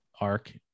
arc